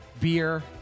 beer